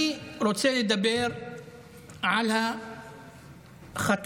אני רוצה לדבר על החטופים,